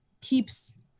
keeps